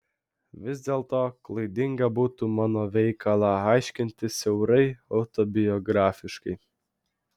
vis dėlto klaidinga būtų mano veikalą aiškinti siaurai autobiografiškai